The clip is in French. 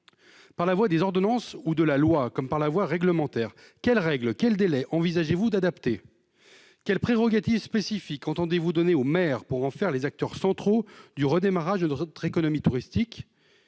Par la voie des ordonnances ou de la loi, comme par la voie réglementaire, quelles règles, quels délais envisagez-vous d'adapter ? Quelles prérogatives spécifiques entendez-vous donner aux maires pour en faire les acteurs centraux du redémarrage de notre économie touristique ?